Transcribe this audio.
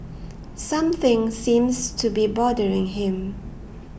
something seems to be bothering him